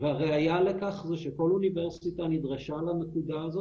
והראיה לכך זה שכל אוניברסיטה נדרשה לנקודה הזאת